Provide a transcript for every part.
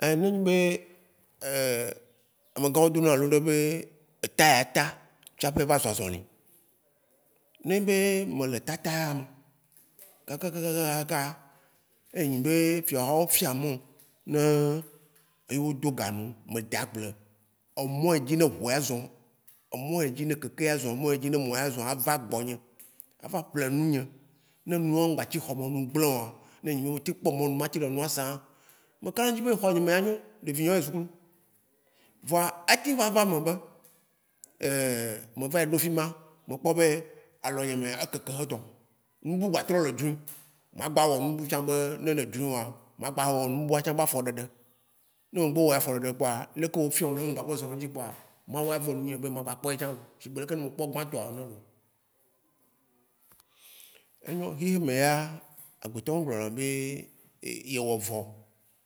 Nenyi be, amegãxoxowo dona lo ɖe be, ta ya ta tsaƒe ava zɔ̃ azɔ̃li. Nenye be mele tatam, ye nyi be fiahawo fia mɔm, wo do ga num me de agble, emɔ yi dzi ne ʋua ya zɔ̃, emɔ yi dzi ne kekea ya zɔ, emɔ yi dzi ne kekea ya zɔ̃, ava gbɔnye, ava ƒle nu nye, ne nua ŋgbati xɔ me num gble oa, nenyi be me teŋ kpɔ mɔnu te le nua sã, mekaɖedzi be xɔnye me anyo, evinyewo ayi sukulu. Vɔa ateŋ vava me be, me va yi ɖo fima mekpɔ be alɔnye mea, ekeke hedɔ̃, nubu gba trɔ le dzrui, magbɔ wɔ nubu tsã be, nu yi le dzroŋua, magba wɔ nubua tsã be afɔɖeɖe. Ne ŋgbe wɔ aƒɔɖeɖe kpoa, ɖeke wogbe fiɔm ɖo ne ŋgba gbe zɔ̃ ɖe dzi kpoa Mawu ya ve nunye be magba kpɔ yetsã sigbe leke mekpɔ gbãtɔa ene loo. Enyo, xixeme ya, gbetɔ megblɔna be ye wɔ vɔ o.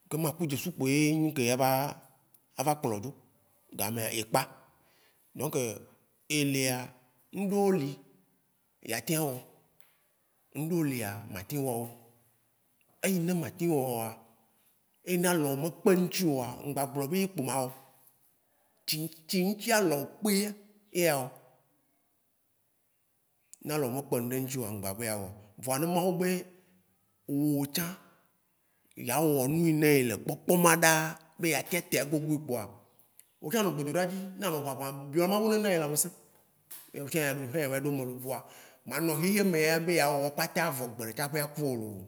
Kema ku dzesu kpoe nyi nuke ye ava kplɔ wo dzo, gãmea ye kpa. Donc ye lia, ŋɖewo li ya teawɔ, ŋɖewo lia, matem wɔ wo, eyi ne matem wɔ oa, eyi ne alɔwo mekpe eŋti oa, mgba gblɔ be ye kpo mawɔ o, tsi ŋtsi alɔwo kpea, eye ya wɔ. Na lɔwò mekpe ŋɖe ŋtio oa, mgba gblɔ be yea wɔe o, vɔa ne Mawu be wò tsã ya wɔ nu yi ne ele kpɔkpɔm ma ɖaaa, be ya tea te agogui kpoa, wò tsã nɔ gbedodoɖa dzi, nanɔ ʋaʋam, biɔ Mawu nena ye lamesẽ wò hã ava yi ɖo me loo. Vɔa manɔ xixeame abe yawɔ kpata vɔ gbeɖe tsaƒe aku o loo.